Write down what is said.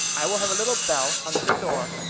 i will have a little bell hung at the door,